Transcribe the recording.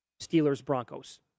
Steelers-Broncos